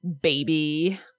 baby